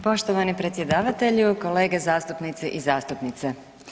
Poštovani predsjedavatelju, kolege zastupnici i zastupnice.